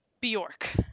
bjork